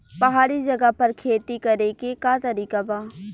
पहाड़ी जगह पर खेती करे के का तरीका बा?